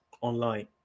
online